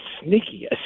sneaky